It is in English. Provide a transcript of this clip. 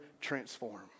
transform